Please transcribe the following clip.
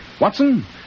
Watson